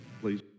please